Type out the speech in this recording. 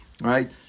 Right